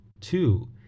Two